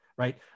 right